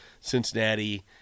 Cincinnati